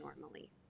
normally